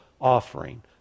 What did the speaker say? offering